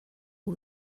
all